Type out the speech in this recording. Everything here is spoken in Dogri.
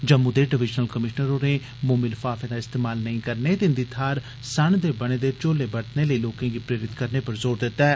जम्मू दे डिवीजनल कमीशनर होरें मोमी लफार्फे दा इस्तमाल नेईं करने ते इन्दी थाहर सण दे बने झोले बरतने लेई लोकें गी प्रेरत करने पर जोर दिया ऐ